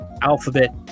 alphabet